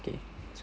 okay